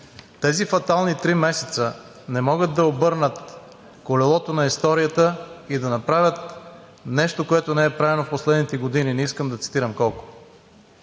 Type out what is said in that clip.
Тези фатални три месеца не могат да обърнат колелото на историята и да направят нещо, което не е правено в последните години, не искам да цитирам колко.